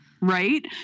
Right